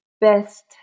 best